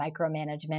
micromanagement